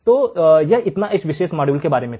तो यह इतना इस विशेष मॉड्यूल के बारे में था